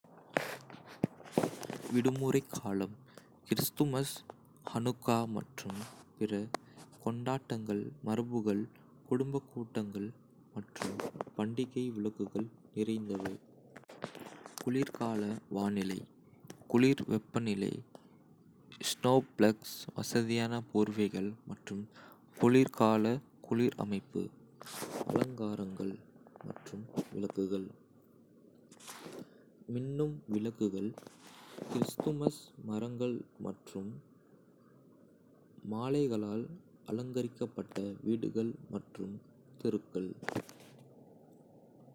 விடுமுறை காலம் Christmas, Hanukkah மற்றும் பிற கொண்டாட்டங்கள், மரபுகள், குடும்பக் கூட்டங்கள் மற்றும் பண்டிகை விளக்குகள் நிறைந்தவை. குளிர்கால வானிலை - குளிர் வெப்பநிலை, ஸ்னோஃப்ளேக்ஸ், வசதியான போர்வைகள், மற்றும் குளிர்கால குளிர் அமைப்பு. அலங்காரங்கள் மற்றும் விளக்குகள் மின்னும் விளக்குகள், கிறிஸ்துமஸ் மரங்கள் மற்றும் மாலைகளால் அலங்கரிக்கப்பட்ட வீடுகள் மற்றும் தெருக்கள்.